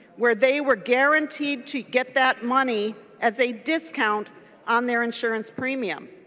where they were guaranteed to get that money as a discount on their insurance premium.